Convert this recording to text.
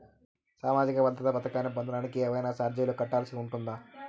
సామాజిక భద్రత పథకాన్ని పొందడానికి ఏవైనా చార్జీలు కట్టాల్సి ఉంటుందా?